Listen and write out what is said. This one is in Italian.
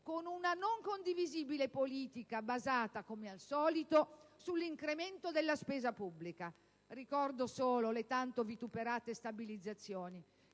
con una non condivisibile politica basata, come al solito, sull'incremento della spesa pubblica. Ricordo solo le tanto vituperate stabilizzazioni,